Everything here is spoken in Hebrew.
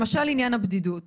למשל כל עניין הבדידות,